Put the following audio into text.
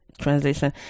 translation